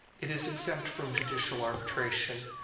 it is exempt from judicial arbitration,